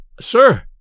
Sir